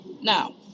Now